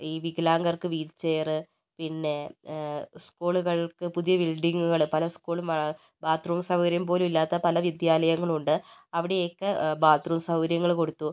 ഈ വികലാംഗർക്ക് വീൽചെയര് പിന്നെ സ്കൂളുകൾക്ക് പുതിയ ബിൽഡിങ്ങുകൾ പല സ്കൂൾ ആ ബാത്റൂം സൗകര്യവും പോലുമില്ലാത്ത പല വിദ്യാലയങ്ങളും ഉണ്ട് അവിടെയൊക്കെ ബാത്റൂം സൗകര്യങ്ങൾ കൊടുത്തു